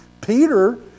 Peter